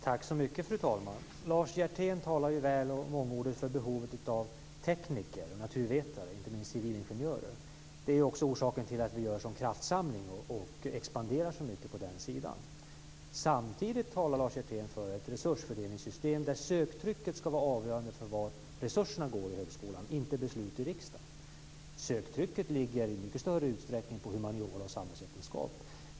Fru talman! Lars Hjertén talade väl och mångordigt om behovet av tekniker och naturvetare, inte minst civilingenjörer. Det är också orsaken till att vi gör en sådan kraftsamling och expanderar så mycket på den sidan. Samtidigt talar Lars Hjertén för ett resursfördelningssystem där söktrycket ska vara avgörande för vart resurserna i högskolan går, inte beslut i riksdagen. Söktrycket ligger i mycket större utsträckning på humaniora och samhällsvetenskap.